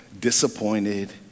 disappointed